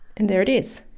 and there it is.